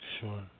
Sure